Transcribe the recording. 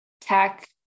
tech